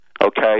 okay